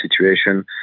situation